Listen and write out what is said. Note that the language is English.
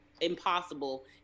impossible